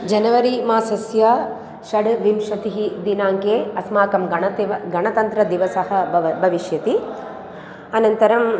January मासस्य षड्विंशतिः दिनाङ्के अस्माकं गणतेव गणतन्त्रदिवसः भवति भविष्यति अनन्तरम्